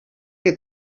que